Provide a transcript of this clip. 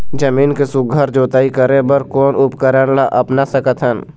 जमीन के सुघ्घर जोताई करे बर कोन उपकरण ला अपना सकथन?